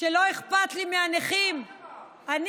שלא לא אכפת לי מהנכים -- את אמרת.